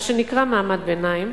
מה שנקרא מעמד ביניים,